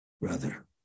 brother